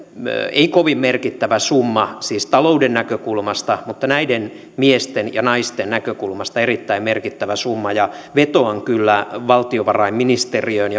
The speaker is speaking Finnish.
ei kovin merkittävä summa siis talouden näkökulmasta mutta näiden miesten ja naisten näkökulmasta erittäin merkittävä summa ja vetoan kyllä valtiovarainministeriöön